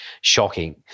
shocking